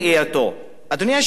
אדוני היושב-ראש, אני לא יודע.